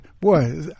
Boy